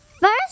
First